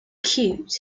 cute